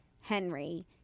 Henry